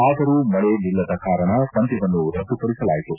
ಆದರೂ ಮಳೆ ನಿಲ್ಲದ ಕಾರಣ ಪಂದ್ದವನ್ನು ರದ್ದುಪಡಿಸಲಾಯಿತು